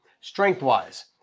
Strength-wise